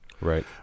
Right